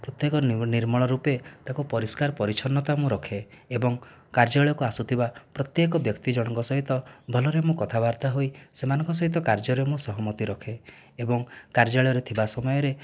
ପ୍ରତ୍ୟେକ ନିର୍ମଳ ରୂପେ ତାକୁ ପରିଷ୍କାର ପରିଚ୍ଛନ୍ନତା ମୁଁ ରଖେ ଏବଂ କାର୍ଯ୍ୟାଳୟକୁ ଆସୁଥିବା ପ୍ରତ୍ୟକ ବ୍ୟକ୍ତି ଜଣଙ୍କ ସହିତ ଭଲରେ ମୁଁ କଥାବାର୍ତ୍ତା ହୋଇ ସେମାନଙ୍କ ସହିତ କାର୍ଯ୍ୟରେ ମୁଁ ସହମତି ରଖେ ଏବଂ କାର୍ଯ୍ୟାଳୟରେ ଥିବା ସମୟରେ